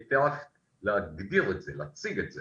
היטבת להגדיר את זה ולהציג את זה